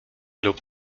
lub